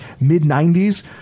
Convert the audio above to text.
mid-90s